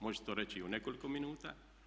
Može se to reći i u nekoliko minuta.